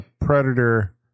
predator